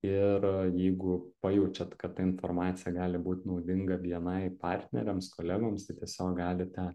ir jeigu pajaučiat kad ta informacija gali būt naudinga bni partneriams kolegoms tai tiesiog galite